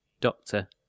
Doctor